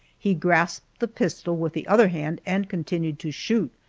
he grasped the pistol with the other hand and continued to shoot,